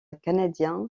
canadien